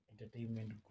entertainment